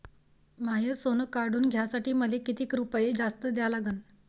माय सोनं काढून घ्यासाठी मले कितीक रुपये जास्त द्या लागन?